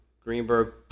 Greenberg